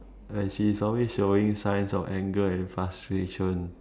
and she's always showing signs of anger and frustration